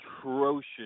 atrocious